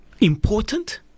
important